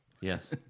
Yes